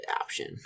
option